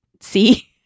see